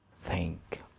Thank